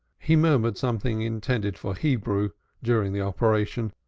he murmured something intended for hebrew during the operation,